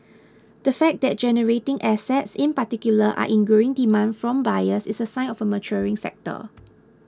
the fact that generating assets in particular are in growing demand from buyers is a sign of a maturing sector